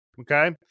okay